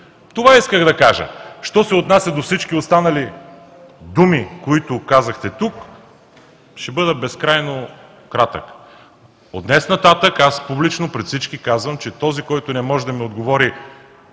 Това исках да кажа. Що се отнася до всички останали думи, които казахте тук, ще бъда безкрайно кратък. От днес нататък аз публично пред всички казвам, че с този, който не може да ми отговори